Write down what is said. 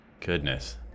Goodness